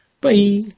Bye